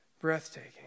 breathtaking